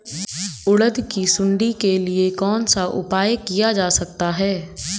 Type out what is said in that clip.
उड़द की सुंडी के लिए कौन सा उपाय किया जा सकता है?